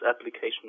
application